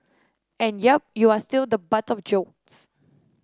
and yep you are still the butt of jokes